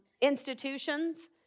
institutions